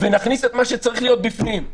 ונכניס את מה שצריך להיות בפנים.